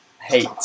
hate